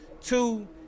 Two